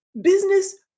business